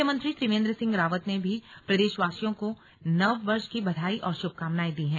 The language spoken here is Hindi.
मुख्यमंत्री त्रिवेन्द्र सिंह रावत ने भी प्रदेशवासियों को नववर्ष की बधाई और शभकामनाएं दी है